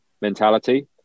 mentality